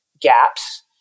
gaps